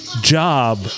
job